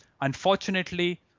Unfortunately